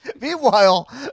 Meanwhile